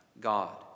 God